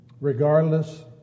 regardless